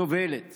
סובלת